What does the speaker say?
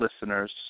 listeners